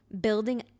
building